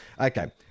okay